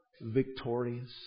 victorious